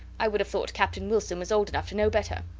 i would have thought captain wilson was old enough to know better.